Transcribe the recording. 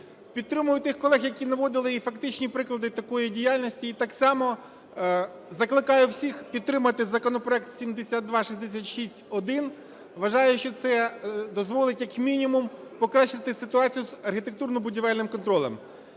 Підтримую тих колег, які наводили і фактичні приклади такої діяльності, і так само закликаю всіх підтримати законопроект 7266-1. Вважаю, що це дозволить як мінімум покращити ситуацію з архітектурно-будівельним контролем.